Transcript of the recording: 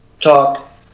talk